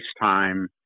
time